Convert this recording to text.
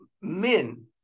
men